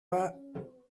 pas